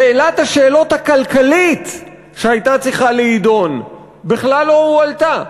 שאלת השאלות הכלכלית שהייתה צריכה להידון בכלל לא הועלתה.